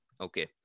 Okay